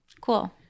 Cool